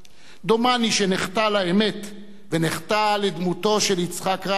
דומני שנחטא לאמת, ונחטא לדמותו של יצחק רבין,